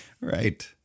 Right